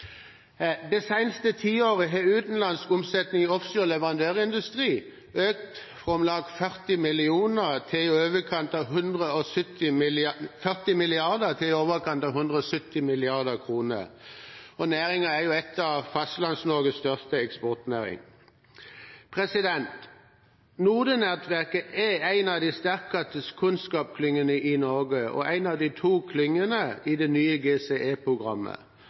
Det siste tiåret har utenlands omsetning i offshore leverandørindustri økt fra om lag 40 mrd. kr til i overkant av 170 mrd. kr, og næringen er en av Fastlands-Norges største eksportnæringer. NODE-nettverket er en av de sterkeste kunnskapsklyngene i Norge og en av to klynger i det nye